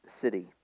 city